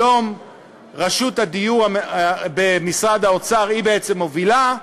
היום רשות הדיור במשרד האוצר היא בעצם מובילה,